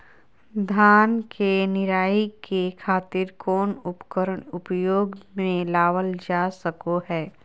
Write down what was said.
धान के निराई के खातिर कौन उपकरण उपयोग मे लावल जा सको हय?